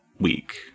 week